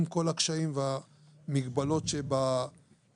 עם כל הקשיים והמגבלות שבעניין.